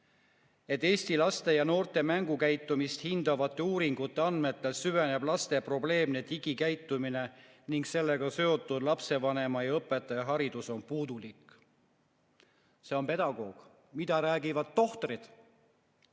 et Eesti laste ja noorte mängukäitumist hindavate uuringute andmetel süveneb laste probleemne digikäitumine ning sellega seotud lapsevanema- ja õpetajaharidus on puudulik." See on pedagoog. Mida räägivad tohtrid?